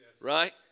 Right